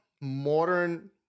modern